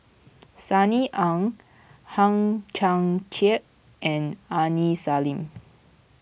Sunny Ang Hang Chang Chieh and Aini Salim